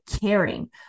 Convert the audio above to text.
caring